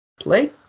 play